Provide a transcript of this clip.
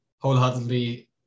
wholeheartedly